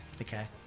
Okay